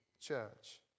church